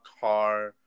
car